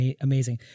amazing